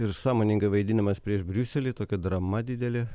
ir sąmoningai vaidinimas prieš briuselį tokia drama didelė